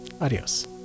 Adios